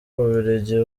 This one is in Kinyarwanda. bubiligi